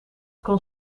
kon